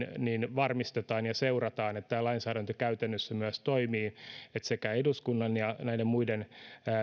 varmistetaan ja että seurataan että tämä lainsäädäntö käytännössä myös toimii niin että sekä eduskunnan että näiden muiden